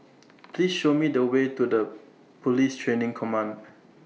Please Show Me The Way to Police Training Command